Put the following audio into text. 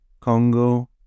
Congo